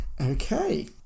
Okay